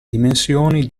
dimensioni